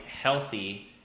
healthy